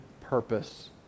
purpose